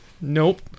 Nope